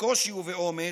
בקושי ובאומץ,